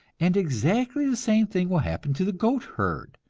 and exactly the same thing will happen to the goat-herd.